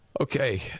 Okay